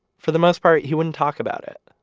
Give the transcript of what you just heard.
for the most part, he wouldn't talk about it.